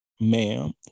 ma'am